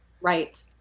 right